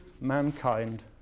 mankind